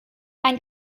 ein